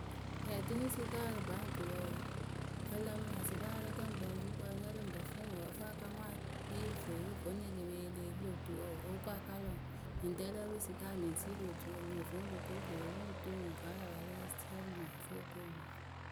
Fɛɛtɨnɨsɩkaa rɨ baŋkɨyǝ wǝǝ ǝ lǝǝmɨ lä sɩkayǝ rɛ kǝ ŋ kpɛlɩ rɨ gukpǝ rɛ lǝ ɨŋ pǝ fɨ ŋwɨ wǝǝ ǝ fɨ a ka ŋwa e kpii rɨ fee vǝ́ nɨŋ e le pe yi e leh yee lö tuwǝ wǝǝ o ko a ka lɔ ŋwɨ Mɨŋ rɛ lǝ́ǝ pɨ sɩkayǝ mɨ ŋ siiri otuyǝ ŋwe vǝ́ lo ko fɛɛ we pɨ ŋ tuu ŋwɨ vǝ́ a la pa lɛ a siɛnɩ mɨ ŋwɨ o fɨ o ko mɨ.